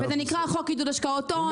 וזה נקרא חוק עידוד השקעות הון,